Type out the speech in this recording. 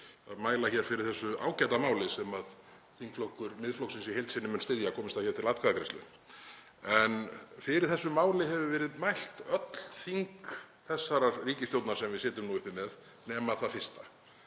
að mæla fyrir þessu ágæta máli sem þingflokkur Miðflokksins í heild sinni mun styðja komist það til atkvæðagreiðslu. Fyrir þessu máli hefur verið mælt öll þing þessarar ríkisstjórnar sem við sitjum nú uppi með nema það fyrsta.